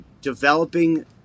developing